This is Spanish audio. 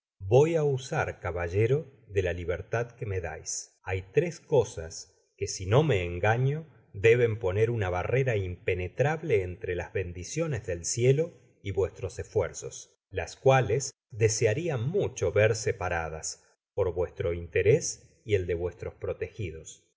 voy á usar caballero de la libertad que me dais hay tres cosas que si no me engaño deben poner una barrera impenetrable entre las bendiciones del cielo y vuestros esfuerzos las euales desearia mucho ver separadas por vuestro interés y el de vuestros protegidos